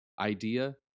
idea